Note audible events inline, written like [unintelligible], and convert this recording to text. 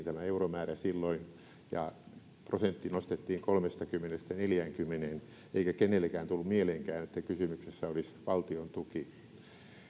[unintelligible] tämä euromäärä kaksinkertaistettiin silloin ja prosentti nostettiin kolmestakymmenestä neljäänkymmeneen eikä kenellekään tullut mieleenkään että kysymyksessä olisi valtiontuki